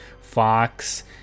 Fox